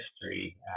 history